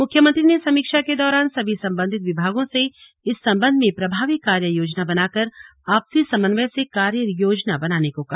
मुख्यमंत्री ने समीक्षा के दौरान सभी सम्बन्धित विभागों से इस सम्बन्ध में प्रभावी कार्य योजना बनाकर आपसी समन्वय से कार्य योजना बनाने को कहा